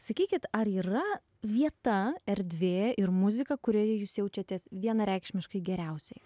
sakykit ar yra vieta erdvė ir muzika kurioje jūs jaučiatės vienareikšmiškai geriausiai